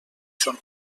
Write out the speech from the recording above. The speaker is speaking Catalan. són